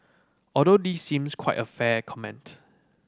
although this seems quite a fair comment